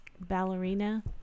ballerina